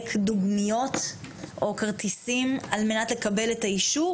דוגמיות או כרטיסים על מנת לקבל את האישור,